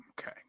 Okay